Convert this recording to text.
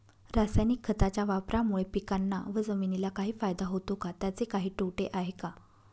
रासायनिक खताच्या वापरामुळे पिकांना व जमिनीला काही फायदा होतो का? त्याचे काही तोटे आहेत का?